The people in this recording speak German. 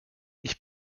ich